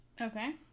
Okay